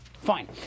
Fine